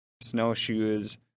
snowshoes